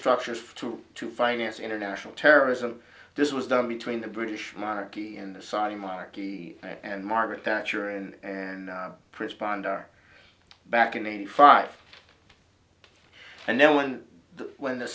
structures to to finance international terrorism this was done between the british monarchy and the saudi monarchy and margaret thatcher and prince bandar back in eighty five and no one when the